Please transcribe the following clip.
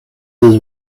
his